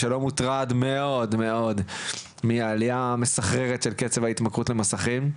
שלא מוטרד מאוד מאוד מהעלייה המסחררת של קצב ההתמכרות למסכים.